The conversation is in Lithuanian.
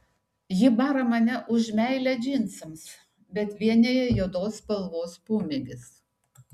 ji bara mane už meilę džinsams bet vienija juodos spalvos pomėgis